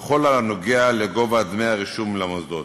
בכל הקשור לגובה דמי הרישום למוסדות.